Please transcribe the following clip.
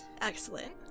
Excellent